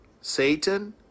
Satan